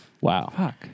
Wow